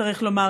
צריך לומר,